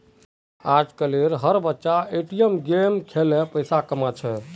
आजकल एर बच्चा ए.टी.एम गेम खेलें पैसा कमा छे